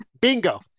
Bingo